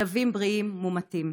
כלבים בריאים מומתים.